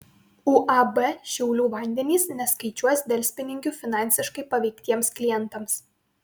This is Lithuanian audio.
uab šiaulių vandenys neskaičiuos delspinigių finansiškai paveiktiems klientams